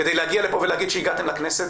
כדי להגיע לפה ולהגיד שהגעתם לכנסת.